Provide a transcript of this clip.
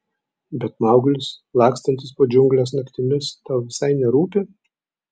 bet mauglis lakstantis po džiungles naktimis tau visai nerūpi